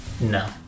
No